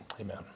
Amen